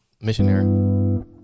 Missionary